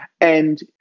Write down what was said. And-